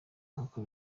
nk’uko